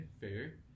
fair